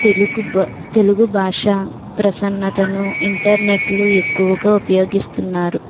తెలుగు తెలుగు భాష ప్రసన్నతను ఇంటర్నెట్లు ఎక్కువగా ఉపయోగిస్తున్నారు